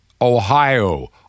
Ohio